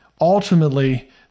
ultimately